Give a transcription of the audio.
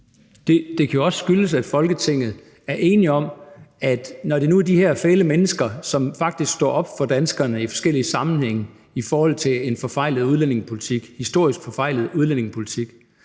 Det kan jo også skyldes, at Folketinget er enige om, at når det nu er de her fæle mennesker, det drejer sig om – som faktisk står op for danskerne i forskellige sammenhænge i forhold til en historisk forfejlet udlændingepolitik